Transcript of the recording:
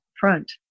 front